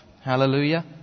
Hallelujah